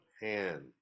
hand